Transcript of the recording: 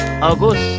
August